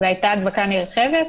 והייתה נדבקה נרחבת?